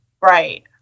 right